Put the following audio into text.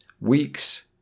weeks